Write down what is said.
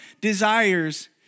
desires